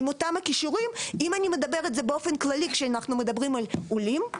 אם אני מדברת על זה באופן כללי כשאנחנו מדברים על עולים,